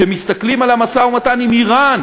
כשמסתכלים על המשא-ומתן עם איראן,